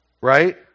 right